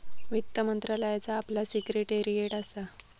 वित्त मंत्रालयाचा आपला सिक्रेटेरीयेट असा